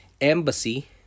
embassy